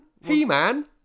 He-Man